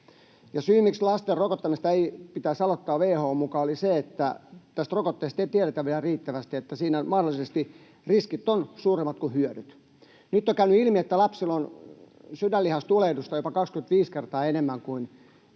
Ja syy, miksi lasten rokottamista ei pitäisi aloittaa WHO:n mukaan, oli se, että tästä rokotteesta ei tiedetä vielä riittävästi, että siinä mahdollisesti riskit ovat suuremmat kuin hyödyt. Nyt on käynyt ilmi, että lapsilla on sydänlihastulehdusta jopa 25 kertaa enemmän kuin